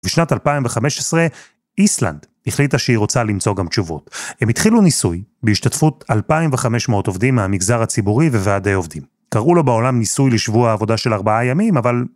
בשנת 2015 איסלנד החליטה שהיא רוצה למצוא גם תשובות. הם התחילו ניסוי בהשתתפות 2,500 עובדים מהמגזר הציבורי וועדי עובדים. קראו לו בעולם ניסוי לשבוע עבודה של ארבעה ימים, אבל...